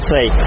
say